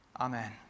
amen